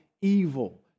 evil